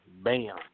bam